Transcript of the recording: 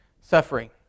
suffering